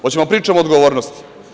Hoćemo li da pričamo o odgovornosti?